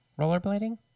Rollerblading